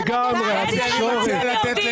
לגמרי, התקשורת.